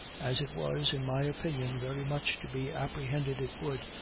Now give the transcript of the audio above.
as it was, in my opinion, very much to be apprehended it would,